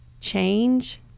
change